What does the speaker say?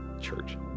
church